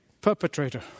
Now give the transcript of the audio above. perpetrator